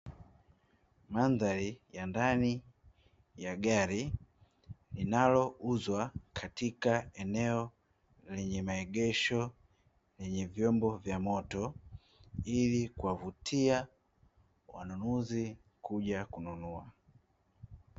Mandhari ya ndani ya gari linalouzwa katika eneo lenye maegesho lenye vyombo vya moto, ili kuwavutia wanunuzi kuja kununua.